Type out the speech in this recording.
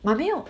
我没有